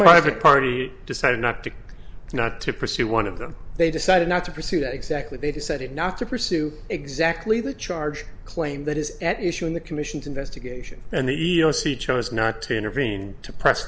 favorite party decided not to not to pursue one of them they decided not to pursue that exactly they decided not to pursue exactly the chart claim that is at issue in the commission's investigation and the e e o c chose not to intervene to press